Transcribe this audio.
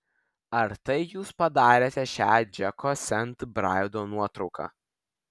ar tai jūs padarėte šią džeko sent braido nuotrauką